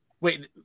Wait